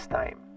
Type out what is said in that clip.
time